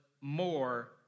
more